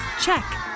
check